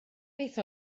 beth